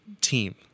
team